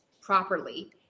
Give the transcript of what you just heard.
properly